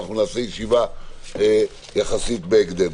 אנחנו נעשה ישיבה יחסית בהקדם.